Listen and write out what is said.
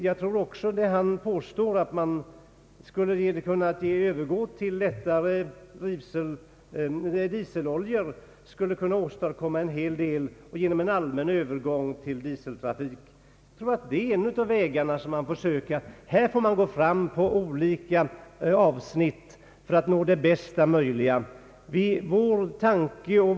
Jag tror i likhet med honom att vi genom att allmänt övergå till lättare dieseloljor skulle kunna åstadkomma åtskilligt. Det är en av de vägar som man får pröva. Här får man gå fram på olika avsnitt för att nå bästa möjliga resultat.